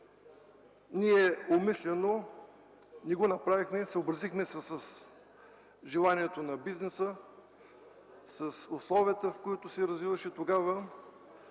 Умишлено не го направихме. Съобразихме се с желанието на бизнеса, с условията, в които се развиваше тогава,